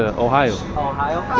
ah ohio ohio?